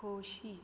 खोशी